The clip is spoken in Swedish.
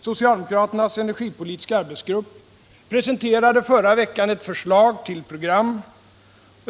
Socialdemokraternas energipolitiska arbetsgrupp presenterade förra veckan ett förslag till program.